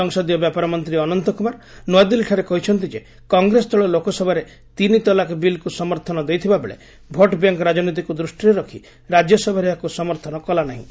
ସଂସଦୀୟ ବ୍ୟାପାର ମନ୍ତ୍ରୀ ଅନନ୍ତକୁମାର ନୂଆଦିଲ୍ଲୀଠାରେ କହିଛନ୍ତି ଯେ କଂଗ୍ରେସ ଦଳ ଲୋକସଭାରେ ତିନିତଲାକ ବିଲ୍କୁ ସମର୍ଥନ ଦେଇଥିବା ବେଳେ ଭୋଟ୍ ବ୍ୟାଙ୍କ ରାଜନୀତିକୁ ଦୃଷ୍ଟିରେ ରଖି ରାଜ୍ୟସଭାରେ ଏହାକୁ ସମର୍ଥନ କଲାନାହିଁ